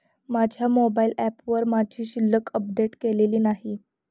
माझ्या मोबाइल ऍपवर माझी शिल्लक अपडेट केलेली नाही